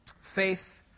Faith